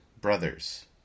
Brothers